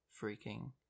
freaking